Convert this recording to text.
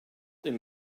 there